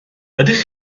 ydych